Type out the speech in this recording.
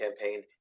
campaign